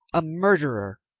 a murderer!